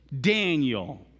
Daniel